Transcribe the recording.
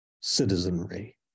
citizenry